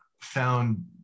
found